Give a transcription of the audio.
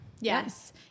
Yes